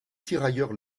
tirailleurs